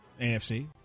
AFC